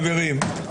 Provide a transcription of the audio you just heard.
חברים,